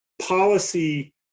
policy